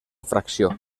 fracció